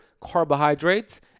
carbohydrates